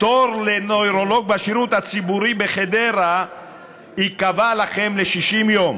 תור לנוירולוג בשירות הציבורי בחדרה ייקבע לכם ל-60 יום,